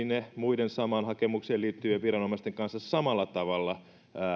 ne muiden samaan hakemukseen liittyvien viranomaisten kanssa samalla tavalla